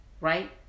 right